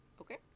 okay